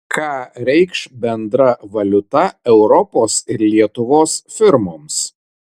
ką reikš bendra valiuta europos ir lietuvos firmoms